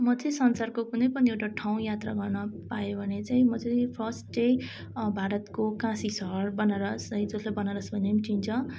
म चाहिँ संसारको कुनै पनि एउटा ठाउँ यात्रा गर्न पाएँ भने चाहिँ म चाहिँ फर्स्ट चाहिँ भारतको काशी सहर बनारस है जसलाई वाराणसी भनेर पनि चिन्छ